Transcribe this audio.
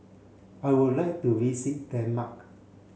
I would like to visit Denmark